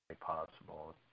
possible